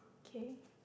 okay